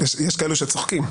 יש כאלה שצוחקים.